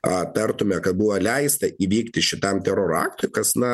aptartumėme ką buvo leista įvykti šitam teroro aktui kas na